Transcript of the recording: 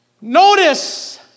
Notice